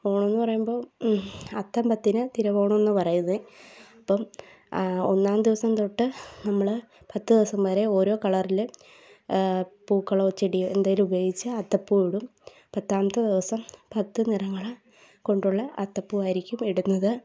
ഓണം എന്നു പറയുമ്പോൾ അത്തം പത്തിന് തിരുവോണം എന്നു പറയുന്നത് അപ്പം ഒന്നാം ദിവസം തൊട്ട് നമ്മൾ പത്തു ദിവസം വരെ ഓരോ കളറിലും പൂക്കളോ ചെടി എന്തെങ്കിലും ഉപയോഗിച്ച് അത്തപ്പൂവിടും പത്താമത്തെ ദിവസം പത്ത് നിറങ്ങളും കൊണ്ടുള്ള അത്തപ്പൂവായിരിക്കും ഇടുന്നത്